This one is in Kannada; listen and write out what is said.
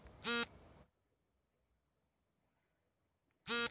ತೋಟಗಾರಿಕೆ ಇಲಾಖೆಯಿಂದ ಸಬ್ಸಿಡಿ ಯೋಜನೆಗಳಿದ್ದರೆ ಮಾಹಿತಿ ನೀಡಿ?